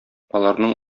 аларның